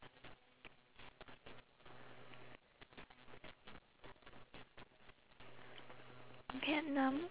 vietnam